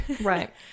Right